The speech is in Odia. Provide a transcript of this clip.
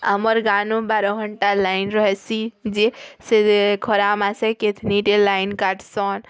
ଆମର ଗାଁନୁ ବାର ଘଣ୍ଟା ଲାଇନ୍ ରହେସି ଯେ ସେ ଯେ ଖରା ମାସେ କେଥିନ୍ଟେ ଲାଇଟ୍ କାଟ୍ସନ୍